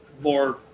more